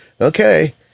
Okay